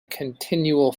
continual